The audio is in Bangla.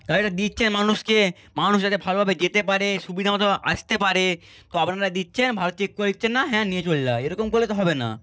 গাড়িটা দিচ্ছেন মানুষকে মানুষ যাতে ভালোভাবে যেতে পারে সুবিধামতো আসতে পারে তো আপনারা দিচ্ছেন ভালো চেক করে দিচ্ছেন না হ্যাঁ নিয়ে চলে যা এরকম করলে তো হবে না